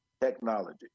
technology